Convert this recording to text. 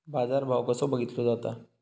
बाजार भाव कसो बघीतलो जाता?